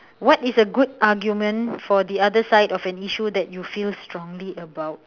what is a good argument for the other side of an issue that you feel strongly about